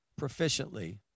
proficiently